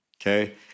Okay